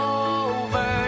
over